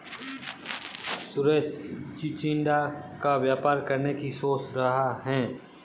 सुरेश चिचिण्डा का व्यापार करने की सोच रहा है